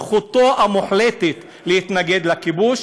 זכותו המוחלטת להתנגד לכיבוש,